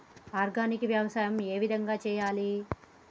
Organic వ్యవసాయం ఏ విధంగా చేయాలి?